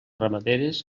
ramaderes